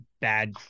bad